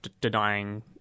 denying